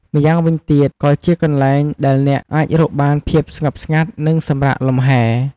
ម្យ៉ាងវិញទៀតក៏ ជាកន្លែងដែលអ្នកអាចរកបានភាពស្ងប់ស្ងាត់ និងសម្រាកលំហែ។